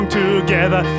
together